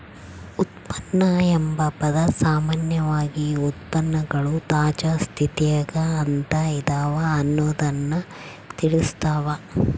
ಉತ್ಪನ್ನ ಎಂಬ ಪದ ಸಾಮಾನ್ಯವಾಗಿ ಉತ್ಪನ್ನಗಳು ತಾಜಾ ಸ್ಥಿತಿಗ ಅಂತ ಇದವ ಅನ್ನೊದ್ದನ್ನ ತಿಳಸ್ಸಾವ